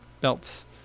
belts